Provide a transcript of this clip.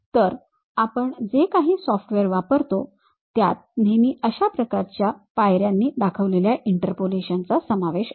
तर आपण जे काही सॉफ्टवेअर वापरतो त्यात नेहमी अशा प्रकारच्या पायऱ्यांनी दाखवलेल्या इंटरपोलेशनचा समावेश असतो